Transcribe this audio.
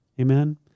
Amen